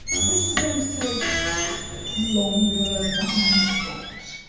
this is going to take longer than i thought.